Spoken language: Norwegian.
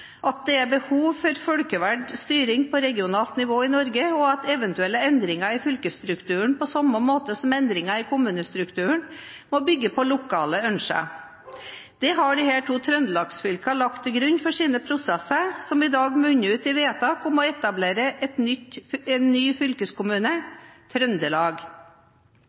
at det er behov for folkevalgt styring på regionalt nivå i Norge, og at eventuelle endringer i fylkesstrukturen, på samme måte som endringer i kommunestrukturen, må bygge på lokale ønsker. Det har de to Trøndelags-fylkene lagt til grunn for sine prosesser som i dag munner ut i vedtak om å etablere en ny fylkeskommune, Trøndelag.